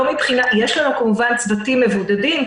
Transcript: יש לנו כמובן צוותים מבודדים,